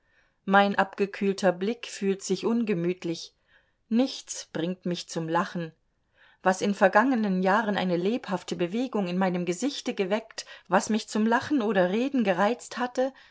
mein abgekühlter blick fühlt sich ungemütlich nichts bringt mich zum lachen was in vergangenen jahren eine lebhafte bewegung in meinem gesichte geweckt was mich zum lachen oder reden gereizt hatte